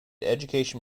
education